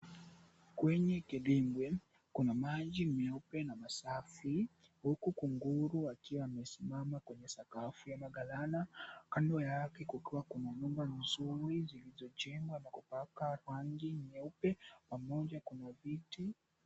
Kwenye kedimbwi kuna maji meupe na masafi huku kunguru akiwa amesimama kwenye sakafu ya magalana. Kando yake kulikuwa kuna nyumba nzuri zilizojengwa na kupakwa rangi nyeupe pamoja na viti.